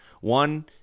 One